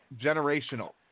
generational